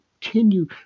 Continue